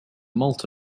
malt